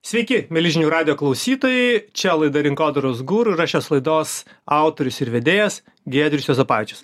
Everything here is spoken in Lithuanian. sveiki mieli žinių radijo klausytojai čia laida rinkodaros guru ir aš esu laidos autorius ir vedėjas giedrius juozapavičius